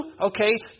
okay